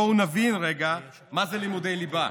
בואו נבין רגע מה זה לימודי ליבה.